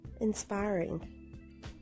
Inspiring